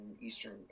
eastern